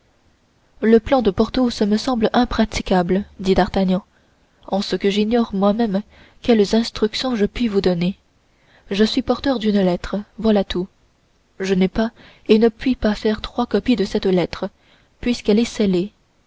le plan de porthos me semble impraticable dit d'artagnan en ce que j'ignore moi-même quelles instructions je puis vous donner je suis porteur d'une lettre voilà tout je n'ai pas et ne puis faire trois copies de cette lettre puisqu'elle est scellée